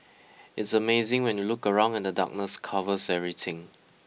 it's amazing when you look around and the darkness covers everything